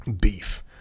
beef